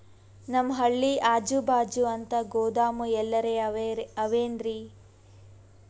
ನಮ್ ಹಳ್ಳಿ ಅಜುಬಾಜು ಅಂತ ಗೋದಾಮ ಎಲ್ಲರೆ ಅವೇನ್ರಿ?